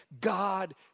God